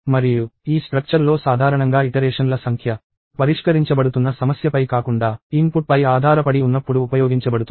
మరియు ఈ స్ట్రక్చర్ లో సాధారణంగా ఇటరేషన్ ల సంఖ్య పరిష్కరించబడుతున్న సమస్యపై కాకుండా ఇన్పుట్పై ఆధారపడి ఉన్నప్పుడు ఉపయోగించబడుతుంది